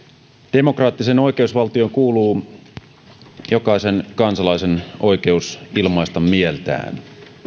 demokraattiseen oikeusvaltioon kuuluu jokaisen kansalaisen oikeus ilmaista mieltään